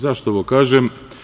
Zašto ovo kažem?